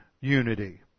unity